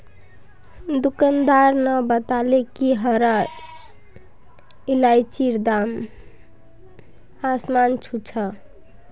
दुकानदार न बताले कि हरा इलायचीर दाम आसमान छू छ